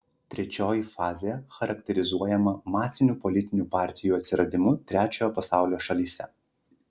trečioji fazė charakterizuojama masinių politinių partijų atsiradimu trečiojo pasaulio šalyse